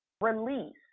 release